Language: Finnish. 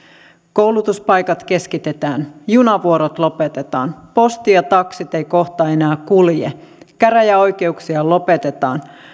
koulutuspaikat keskitetään junavuorot lopetetaan posti ja taksit eivät kohta enää kulje käräjäoikeuksia lopetetaan